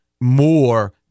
more